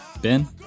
Ben